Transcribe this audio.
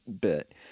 bit